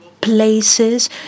places